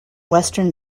western